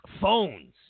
phones